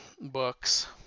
books